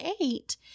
eight